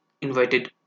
invited